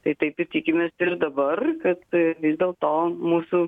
tai taip ir tikimės ir dabar kad vis dėl to mūsų